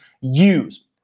use